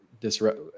disrupt